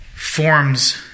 forms